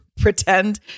pretend